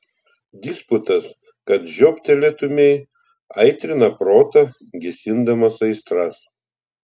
disputas kad žioptelėtumei aitrina protą gesindamas aistras